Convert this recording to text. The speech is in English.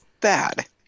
Bad